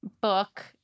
book